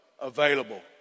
available